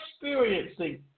experiencing